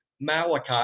Malachi